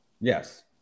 Yes